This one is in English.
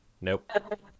nope